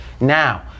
Now